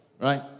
Right